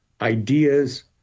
ideas